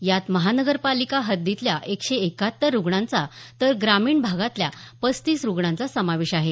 यात महानगरपालिका हद्दीतल्या एकशे एकाहत्तर रुग्णांचा तर ग्रामीण भागातल्या पस्तीस रुग्णांचा समावेश आहे